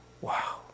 Wow